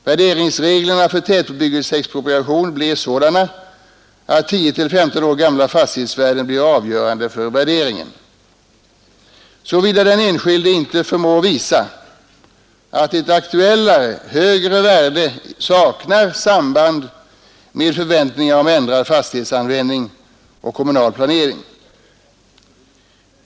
Värderingsreglerna vid tätbebyggelseexpropriation blir sådana att 10 till 15 år gamla fastighetsvärden blir avgörande för värderingen, såvida den enskilde inte förmår visa att ett aktuellare högre värde saknar samband med förväntningar om ändrad fastighetsanvändning och kommunal planering.